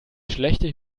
schlechte